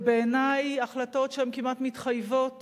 ובעיני החלטות שהן כמעט מתחייבות